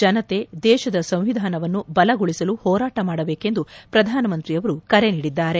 ಜನತೆ ದೇಶದ ಸಂವಿಧಾನವನ್ನು ಬಲಗೊಳಿಸಲು ಹೋರಾಟ ಮಾಡಬೇಕೆಂದು ಪ್ರಧಾನಮಂತ್ರಿ ಅವರು ಕರೆ ನೀಡಿದ್ದಾರೆ